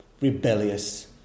rebellious